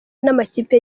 n’amakipe